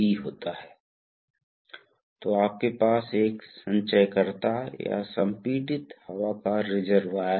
double acting के लिए cylinder भी बहुत सरल उपकरण हैं इसलिए यहां आप देख सकते हैं कि आप कर सकते हैं आपके पास दो पोर्ट हैं एक पंप है दूसरा टैंक है